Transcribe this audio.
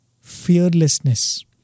fearlessness